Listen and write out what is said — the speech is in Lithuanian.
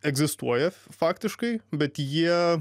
egzistuoja faktiškai bet jie